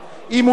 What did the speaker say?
אם הוא שכיר.